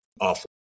awful